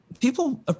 people